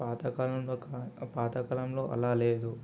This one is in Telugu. పాతకాలంలో కా పాతకాలంలో అలా లేదు